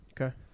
okay